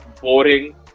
boring